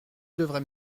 devrais